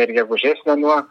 ir gegužės mėnuo